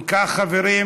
אם כך, חברים,